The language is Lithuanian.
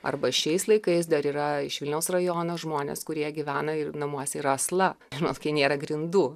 arba šiais laikais dar yra iš vilniaus rajono žmonės kurie gyvena ir namuose yra asla žinot kai nėra grindų